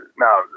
now